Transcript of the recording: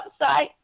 website